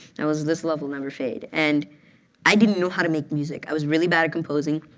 and it was this love will never fade. and i didn't know how to make music. i was really bad at composing.